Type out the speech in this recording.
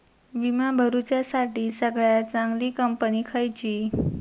विमा भरुच्यासाठी सगळयात चागंली कंपनी खयची?